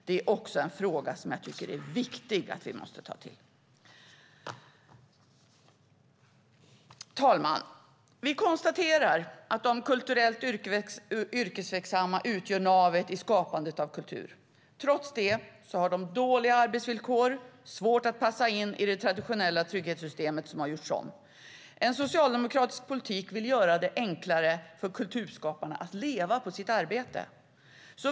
Det är en viktig fråga som vi måste lösa. Herr talman! Vi konstaterar att de kulturellt yrkesverksamma utgör navet i skapandet av kultur. Trots det har de dåliga arbetsvillkor och svårt att passa in i de traditionella trygghetssystemen som gjorts om. En socialdemokratisk politik vill göra det enklare för kulturskaparna att leva på sitt arbete.